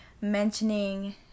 mentioning